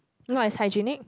not is hygienic